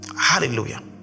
Hallelujah